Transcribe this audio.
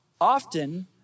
often